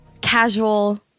casual